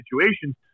situations